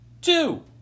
two